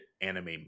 anime